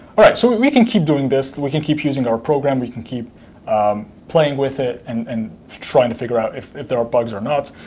all right, so we can keep doing this. we can keep using our program. we can keep playing with it and and trying to figure out if if there are bugs or not.